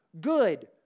Good